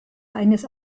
eines